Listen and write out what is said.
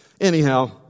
anyhow